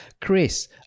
chris